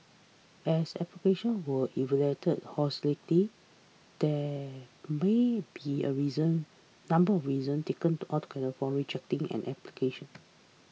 as applications were evaluated holistically there may be a reason number of reasons taken together for rejecting an application